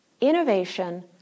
innovation